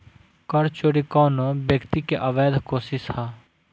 कर चोरी कवनो व्यक्ति के अवैध कोशिस ह